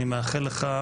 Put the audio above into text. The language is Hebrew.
אני מאחל לך,